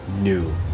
new